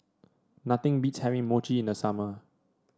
nothing beats having Mochi in the summer